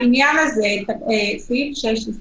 תקנה (16)